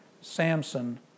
samson